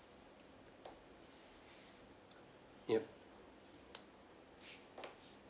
yup